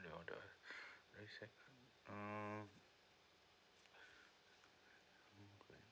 uh